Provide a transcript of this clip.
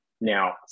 now